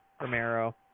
Romero